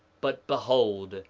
but behold,